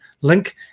link